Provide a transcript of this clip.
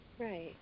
Right